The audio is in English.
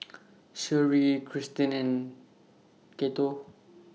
Sherree Krysten and Cato